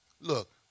Look